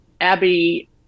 Abby